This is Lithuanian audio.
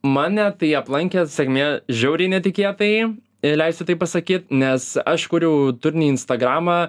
mane tai aplankė sėkmė žiauriai netikėtai ir leisiu taip pasakyt nes aš kuriau turinį į instagramą